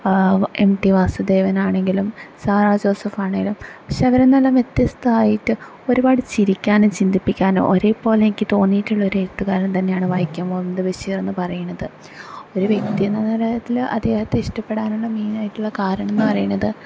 M T വാസുദേവനാണെങ്കിലും സാറാ ജോസഫാണേലും പക്ഷേ അവരിൽ നിന്നെല്ലാം വ്യത്യസ്തവായിട്ട് ഒരുപാട് ചിരിക്കാനും ചിന്തിപ്പിക്കാനും ഒരേപോലെ എനിക്ക് തോന്നിയിട്ടുള്ള ഒരെഴുത്ത് കാരൻ തന്നെയാണ് വൈക്കം മുഹമ്മദ് ബഷീറെന്ന് പറയണത് ഒരു വ്യക്തി എന്ന നിലയില് അദ്ദേഹത്തെ ഇഷ്ടപ്പെടാനല്ല മെയ്നായിട്ടുള്ള കാരണം എന്ന് പറയുന്നത്